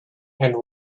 and